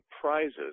prizes